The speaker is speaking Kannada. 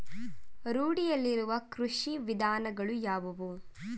ರೂಢಿಯಲ್ಲಿರುವ ಕೃಷಿ ವಿಧಾನಗಳು ಯಾವುವು?